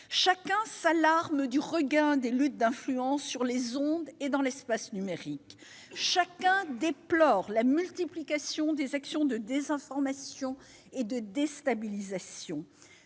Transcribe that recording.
Chacun s'alarme du regain des luttes d'influence sur les ondes et dans l'espace numérique ; chacun déplore la multiplication des actions de désinformation et de déstabilisation